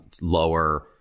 lower